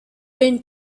been